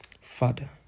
Father